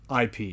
IP